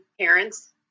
parents